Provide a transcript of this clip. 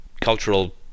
cultural